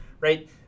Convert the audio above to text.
right